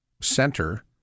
center